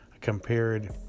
compared